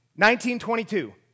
1922